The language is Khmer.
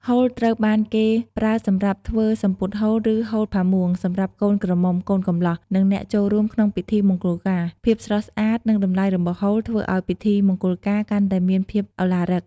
ហូលត្រូវបានគេប្រើសម្រាប់ធ្វើ សំពត់ហូល ឬ ហូលផាមួង សម្រាប់កូនក្រមុំ កូនកំលោះ និងអ្នកចូលរួមក្នុងពិធីមង្គលការ ភាពស្រស់ស្អាត និងតម្លៃរបស់ហូល ធ្វើឱ្យពិធីមង្គលការកាន់តែមានភាពឱឡារិក។